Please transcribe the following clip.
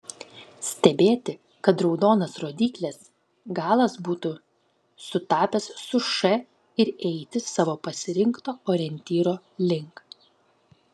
stebėti kad raudonas rodyklės galas būtų sutapęs su š ir eiti savo pasirinkto orientyro link